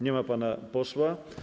Nie ma pana posła.